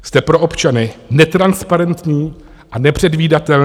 Jste pro občany netransparentní a nepředvídatelní.